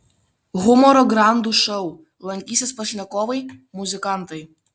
humoro grandų šou lankysis pašnekovai muzikantai